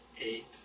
eight